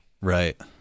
Right